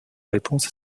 réponse